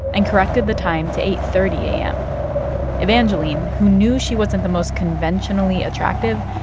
and corrected the time to eight thirty a m. evangeline, who knew she wasn't the most conventionally attractive,